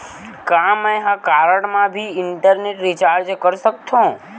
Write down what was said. का मैं ह कारड मा भी इंटरनेट रिचार्ज कर सकथो